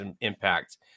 impact